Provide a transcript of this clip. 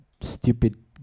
stupid